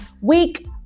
week